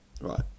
Right